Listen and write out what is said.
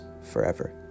forever